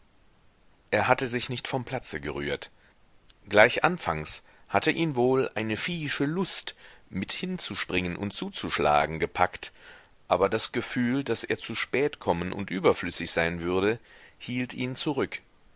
er hatte sich nicht vom platze gerührt gleich anfangs hatte ihn wohl eine viehische lust mit hinzuspringen und zuzuschlagen gepackt aber das gefühl daß er zu spät kommen und überflüssig sein würde hielt ihn zurück